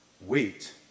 wait